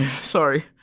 Sorry